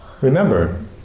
remember